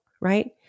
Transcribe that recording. right